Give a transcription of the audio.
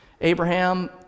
Abraham